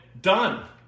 done